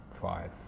five